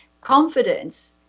confidence